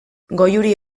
goiuri